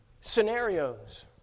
scenarios